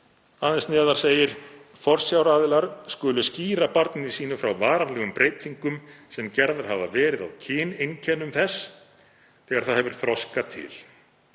Aðeins neðar segir: „Forsjáraðilar skulu skýra barni sínu frá varanlegum breytingum sem gerðar hafi verið á kyneinkennum þess þegar það hefur þroska til.“